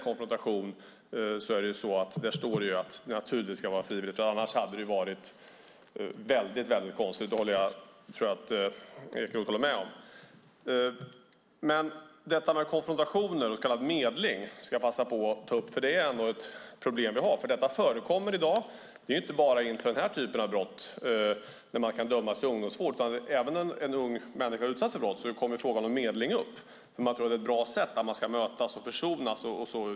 Men det står att konfrontation ska vara frivillig, för annars hade det varit väldigt konstigt. Det tror jag att Ekeroth håller med om. Jag ska passa på att ta upp detta med konfrontationer och så kallad medling. Det är ett problem vi har. Detta förekommer i dag inte bara inför den här typen av brott där man kan dömas till ungdomsvård, utan även när en ung människa har utsatts för brott kommer frågan om medling upp. Man tror att det är bra sätt att mötas och försonas.